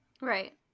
Right